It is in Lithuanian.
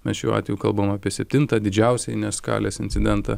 mes šiuo atveju kalbam apie septintą didžiausią ines skalės incidentą